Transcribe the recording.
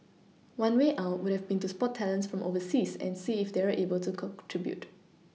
one way out would have been to spot talents from overseas and see if they're able to contribute